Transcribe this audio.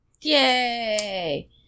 Yay